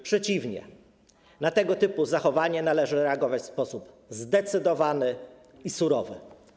Przeciwnie, na tego typu zachowanie należy reagować w sposób zdecydowany i surowy.